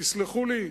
תסלחו לי,